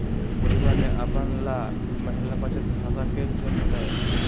पुजवा ने अपना ला महिला बचत खाता के चुन लय